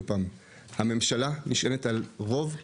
הממשלה נשענת על רוב קואליציוני בכנסת.